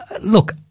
look